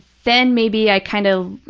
then maybe i kind of,